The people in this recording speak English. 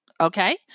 Okay